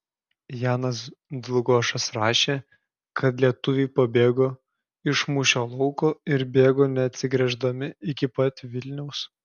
janas dlugošas rašė kad lietuviai pabėgo iš mūšio lauko ir bėgo neatsigręždami iki pat vilniaus